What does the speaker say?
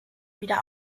wieder